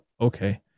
okay